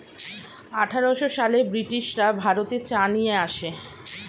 আঠারোশো সালে ব্রিটিশরা ভারতে চা নিয়ে আসে